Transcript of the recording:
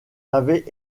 avaient